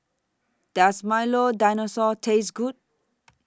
Does Milo Dinosaur Taste Good